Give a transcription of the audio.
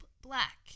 black